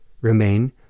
remain